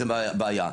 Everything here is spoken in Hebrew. זה בעיה.